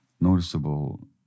noticeable